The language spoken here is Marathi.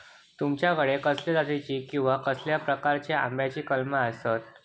तुमच्याकडे कसल्या जातीची किवा कसल्या प्रकाराची आम्याची कलमा आसत?